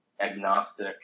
agnostic